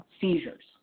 seizures